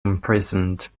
imprisoned